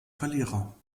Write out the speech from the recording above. verlierer